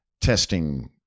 testing